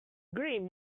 green